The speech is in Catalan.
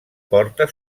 porta